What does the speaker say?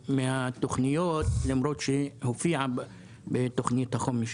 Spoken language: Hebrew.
למרות שהיא הופיעה בתוכנית החומש.